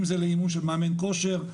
אם זה לאימון של מאמן כושר,